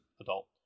adult